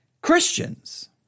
Christians